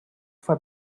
for